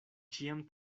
ĉiam